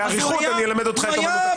אולי באריכות אני אלמד אותך את אומנות הקיצור.